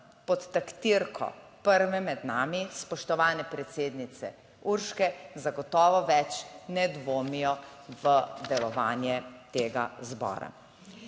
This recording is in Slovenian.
pod taktirko prve med nami, spoštovane predsednice Urške, zagotovo več ne dvomijo v delovanje tega zbora.